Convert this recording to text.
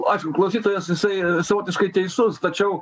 ačiū klausytojas jisai savotiškai teisus tačiau